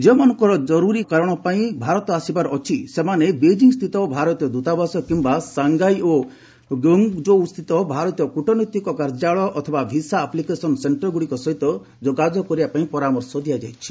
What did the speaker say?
ଯେଉଁମାନେ କରୁରୀ କାରଣ ଯୋଗୁଁ ଭାରତ ଆସିବାର ଅଛି ସେମାନେ ବେଇଜିଂ ସ୍ଥିତ ଭାରତୀୟ ଦୂତାବାସ କିମ୍ବା ସାଘାଂଇ ଓ ଗ୍ୱୋଙ୍ଗ୍କୋଉ ସ୍ଥିତ ଭାରତୀୟ କ୍ରଟନୈତିକ କାର୍ଯ୍ୟାଳୟ ଅଥବା ଭିସା ଆପ୍ଲିକେସନ ସେଙ୍କରଗୁଡିକ ସହ ଯୋଗାଯୋଗ କରିବା ପାଇଁ ପରାମର୍ଶ ଦିଆଯାଇଛି